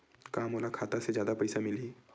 का मोला खाता से जादा पईसा मिलही?